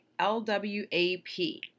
LWAP